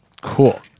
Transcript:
Cool